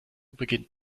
beginnt